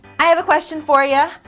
i have a question for ya!